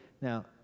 Now